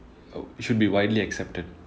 uh should be widely accepted